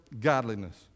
godliness